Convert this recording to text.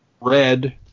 red